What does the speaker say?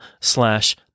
slash